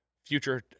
Future